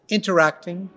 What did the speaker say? interacting